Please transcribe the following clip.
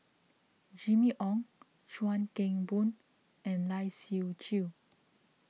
Jimmy Ong Chuan Keng Boon and Lai Siu Chiu